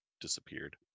disappeared